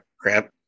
crap